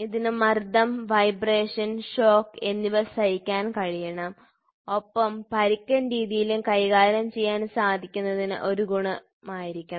ഇതിന് മർദ്ദം vibration shock എന്നിവ സഹിക്കാൻ കഴിയണം ഒപ്പം പരുക്കൻ രീതിയിലും കൈകാര്യം ചെയ്യാൻ സാധിക്കുന്നത് ഒരു ഗുണമായിരിക്കണം